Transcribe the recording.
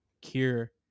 cure